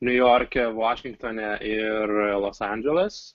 niujorke vašingtone ir los andželas